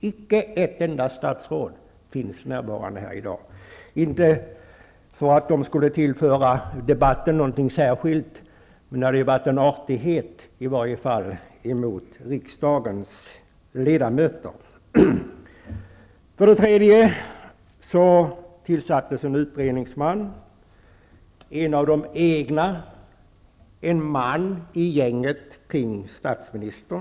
Icke ett enda statsråd finns för närvarande här i dag. Inte för att dessa statsråd skulle tillföra debatten någonting särskilt, men det hade ju i varje fall varit en artighet mot riksdagens ledamöter om några av dem hade varit närvarande. Det tillsattes en utredningsman -- en av de egna, en man i gänget kring statsministern.